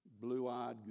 blue-eyed